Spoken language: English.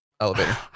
elevator